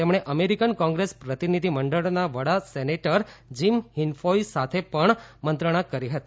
તેમણે અમેરિકન કોંગ્રેસના પ્રતિનિધિમંડળના વડા સેનેટર જીમ ઈનહોફ સાથે પણ મંત્રણા કરી હતી